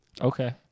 Okay